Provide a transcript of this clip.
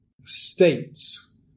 states